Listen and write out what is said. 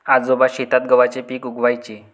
आजोबा शेतात गव्हाचे पीक उगवयाचे